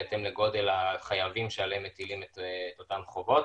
בהתאם לגודל החייבים שעליהם מטילים את אותם חובות,